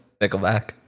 Nickelback